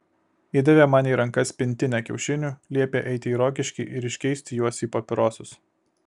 įdavė man į rankas pintinę kiaušinių liepė eiti į rokiškį ir iškeisti juos į papirosus